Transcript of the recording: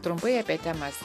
trumpai apie temas